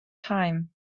time